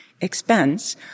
expense